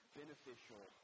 beneficial